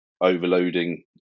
overloading